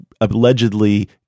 allegedly